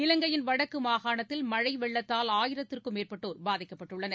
இலங்கையின் வடக்கு மாகாணத்தில் மழை வெள்ளத்தால் ஆயிரத்திற்கும் மேற்பட்டோர் பாதிக்கப்பட்டுள்ளனர்